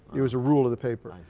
it was a rule of the paper.